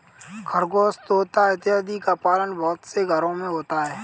खरगोश तोता इत्यादि का पालन बहुत से घरों में होता है